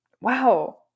wow